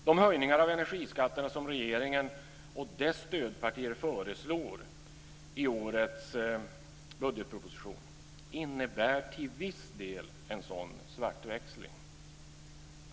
De höjningar av energiskatterna som regeringen och dess stödpartier föreslår i årets budgetproposition innebär till viss del en sådan svartväxling.